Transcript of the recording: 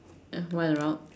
just run around